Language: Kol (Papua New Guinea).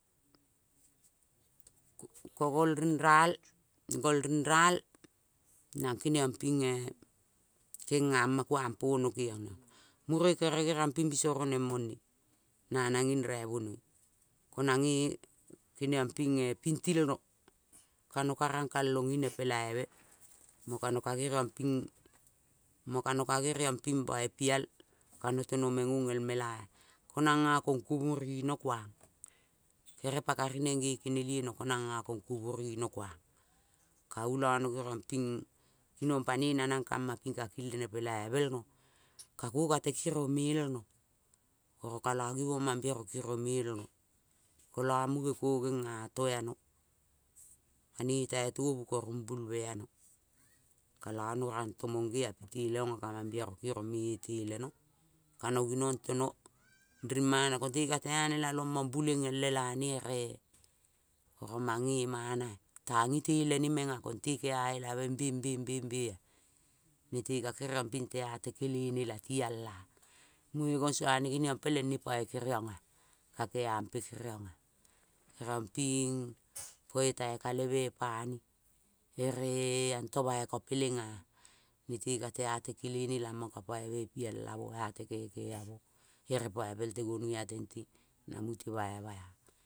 Ko gol nng ral gol ring ral nang keniong pinge kenga ma kuang pono keniong. Mure kere geriongping bigo ruoneng mongne na nang ging raibenoi ko nang nge keniong pnge pingtilno ka no ka rangkalong inepolaibe mo ka no ka genongping boi pial ka no teno mengong el melaea. Ko nongo kongkumun nokuang. Kere npa neng ka nge kenelie no, ko nango kongkumun nokuang, kau lo no no genong ping kinong panoi nanang kamaping ka kilne polaibel no, ka ko ka re kiro me-el no oro kalo mangibong mangero kiro melno kolo munge ko genga toa monge ea pitele ongea ka mangbiero kiro me telenoea. Kano ginong teno nng mana ko le katei long buleng el lelanea oro mange manaea, tang itele ne mengea kote kea elabe bebea nele kakenongping tea lekelene la ti eal ea. Munge gongua ne geniong peleng ne poi kenong ea ka kerianpe kenongen. Kenongping poitai kaleme pane, eree anto boiko peleng ea tekata tekelene lamong kapoi pialamoea a tekeke a mo ere poi pel te gonuea tente na mute boima ea.